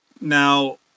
Now